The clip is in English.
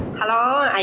hello,